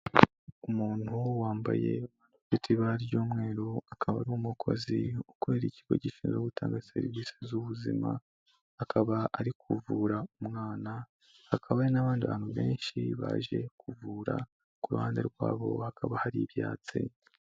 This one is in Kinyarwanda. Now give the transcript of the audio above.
Umuntu wambaye ibifite ibara ry'umweru akaba ari umukozi ukorera ikigo gishinzwe gutanga serivisi z'ubuzima, akaba ari kuvura umwana. Hakaba n'abandi bantu benshi baje kuvura ku ruhande rwa bo hakaba hari ibyatsi.